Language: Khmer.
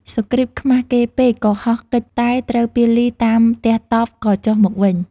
សុគ្រីពខ្មាស គេពេកក៏ហោះគេចតែត្រូវពាលីតាមទះតប់ក៏ចុះមកវិញ។